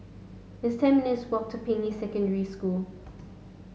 it's ten minutes walk to Ping Yi Secondary School